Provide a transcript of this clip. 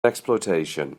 exploitation